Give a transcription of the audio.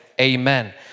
Amen